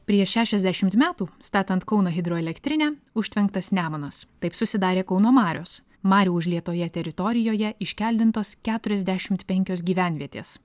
prieš šešiasdešimt metų statant kauno hidroelektrinę užtvenktas nemunas taip susidarė kauno marios marių užlietoje teritorijoje iškeldintos keturiasdešimt penkios gyvenvietės